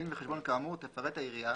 בדין וחשבון כאמור תפרט העירייה,